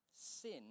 sin